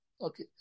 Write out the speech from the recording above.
Okay